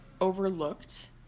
overlooked